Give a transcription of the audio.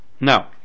Now